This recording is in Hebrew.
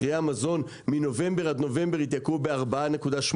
מחירי המזון מנובמבר עד נובמבר התייקרו ב-4.8%.